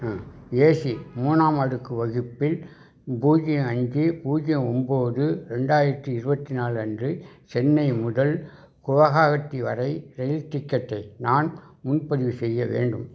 அ AC மூணாம் அடுக்கு வகுப்பில் பூஜ்ஜியம் அஞ்சு பூஜ்ஜியம் ஒன்போது ரெண்டாயிரத்தி இருபத்தி நாலு அன்று சென்னை முதல் குவாகஹத்தி வரை ரயில் டிக்கெட்டை நான் முன்பதிவு செய்ய வேண்டும்